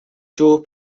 joe